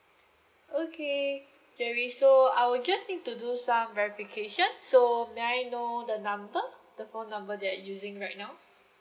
okay jerry so I will just need to do some verification so may I know the number the phone number that you're using right now